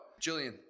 Jillian